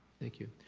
thank you.